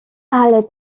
ale